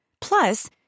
Plus